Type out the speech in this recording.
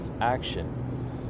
Action